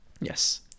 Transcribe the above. Yes